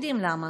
יודעים למה.